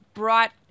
Brought